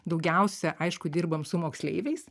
daugiausia aišku dirbam su moksleiviais